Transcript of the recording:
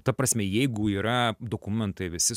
ta prasme jeigu yra dokumentai visi